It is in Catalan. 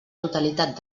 totalitat